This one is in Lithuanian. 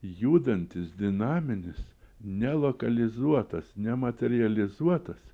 judantis dinaminis ne lokalizuotas ne materializuotas